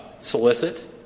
solicit